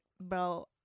bro